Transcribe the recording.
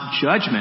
judgment